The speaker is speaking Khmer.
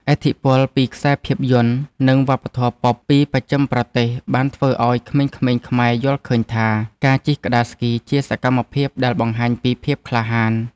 ឥទ្ធិពលពីខ្សែភាពយន្ត និងវប្បធម៌ប៉ុប ពីបស្ចិមប្រទេស បានធ្វើឱ្យក្មេងៗខ្មែរយល់ឃើញថាការជិះក្ដារស្គីជាសកម្មភាពដែលបង្ហាញពីភាពក្លាហាន។